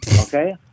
okay